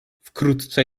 wkrótce